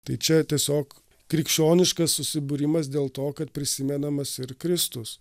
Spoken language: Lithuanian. tai čia tiesiog krikščioniškas susibūrimas dėl to kad prisimenamas ir kristus